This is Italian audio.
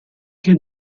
che